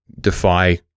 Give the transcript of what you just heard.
defy